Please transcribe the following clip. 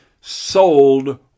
sold